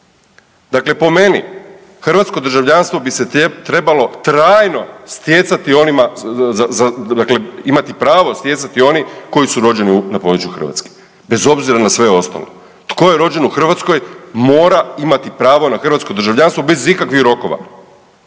Dakle po meni hrvatsko državljanstvo bi se trebalo trajno stjecati onima dakle imati pravo stjecati oni koji su rođeni na području Hrvatske, bez obzira na sve ostalo. Tko je rođen u Hrvatskoj mora imati pravo na hrvatsko državljanstvo bez ikakvih rokova,